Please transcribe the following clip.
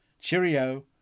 Cheerio